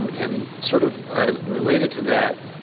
and sort of ah related to that,